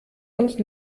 uns